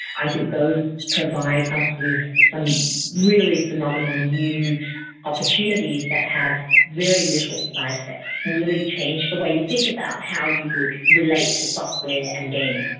i think those provide us with some really phenomenal new opportunities that have very little side-effects, and really change the way you think about how you would relate to software and games.